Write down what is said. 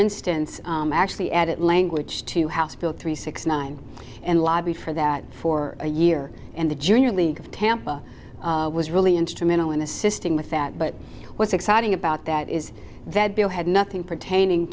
instance actually add it language to house bill three six nine and lobby for that for a year and the junior league of tampa was really instrumental in assisting with that but what's exciting about that is that bill had nothing pertaining